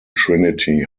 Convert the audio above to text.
trinity